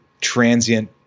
transient